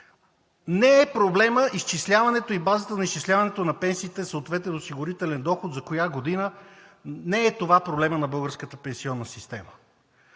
не е проблемът изчисляването и базата на изчисляването на пенсиите със съответен осигурителен доход за коя година – не е това проблемът на българската пенсионна система.